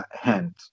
hand